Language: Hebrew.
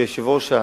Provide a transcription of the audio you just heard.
כיושב-ראש ש"ס,